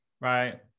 right